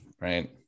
Right